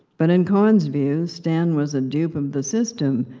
but in conn's view, stan was a dupe of the system.